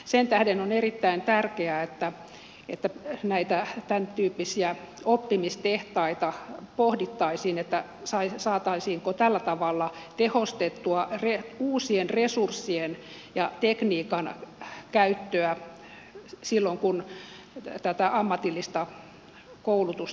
sen tähden on erittäin tärkeää että näitä tämäntyyppisiä oppimistehtaita pohdittaisiin saataisiinko tällä tavalla tehostettua uusien resurssien ja tekniikan käyttöä silloin kun tätä ammatillista koulutusta kehitetään